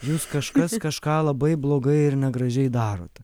jūs kažkas kažką labai blogai ir negražiai darote